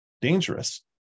dangerous